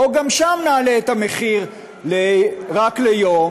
בואו גם שם נעלה את המחיר רק ליום.